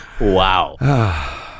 wow